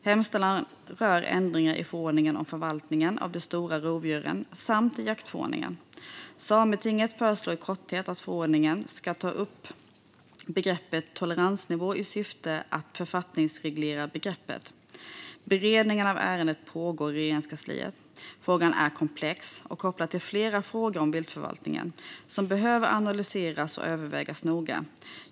Hemställan rör ändringar i förordningen om förvaltningen av de stora rovdjuren samt i jaktförordningen. Sametinget föreslår i korthet att förordningen ska ta upp begreppet toleransnivå i syfte att författningsreglera det. Beredning av ärendet pågår i Regeringskansliet. Frågan är komplex och kopplad till flera frågor om viltförvaltningen som behöver analyseras och övervägas noga.